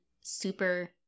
super